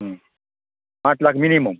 હ પાંચ લાખ મિનિમમ